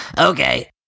Okay